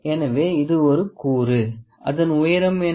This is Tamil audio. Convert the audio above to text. எனவே இது ஒரு கூறு அதன் உயரம் என்ன